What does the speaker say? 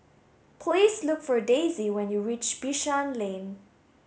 please look for Daisy when you reach Bishan Lane